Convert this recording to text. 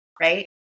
right